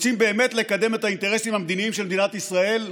רוצים באמת לקדם את האינטרסים המדיניים של מדינת ישראל,